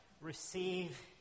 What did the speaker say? receive